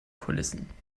kulissen